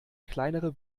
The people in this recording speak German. kleinere